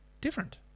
different